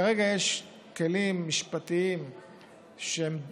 כרגע יש כלים משפטיים שהם קיימים,